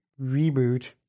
reboot